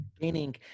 gaining